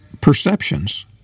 perceptions